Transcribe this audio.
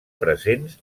presents